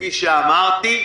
כפי שאמרתי,